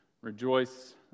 rejoice